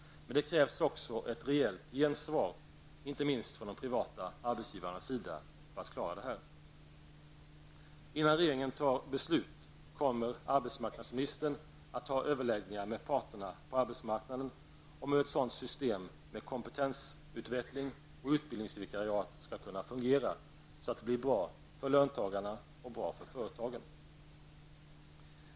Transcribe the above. Men det krävs också ett rejält gensvar icke minst från de privata arbetsgivarna för att man skall klara det här. Innan regeringen fattar beslut, kommer arbetsmarknadsministern att ha överläggningar med parterna på arbetsmarknaden om hur ett sådant system med kompetensutveckling och utbildningsvikariat skall kunna fungera så att det blir bra för löntagarna och bra för företagen.